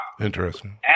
Interesting